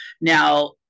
Now